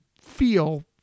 feel